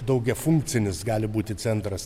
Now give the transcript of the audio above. daugiafunkcinis gali būti centras